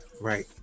right